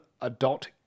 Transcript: adult